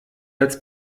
als